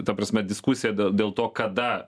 ta prasme diskusija dė dėl to kada